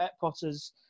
Potter's